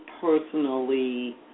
personally